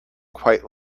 quite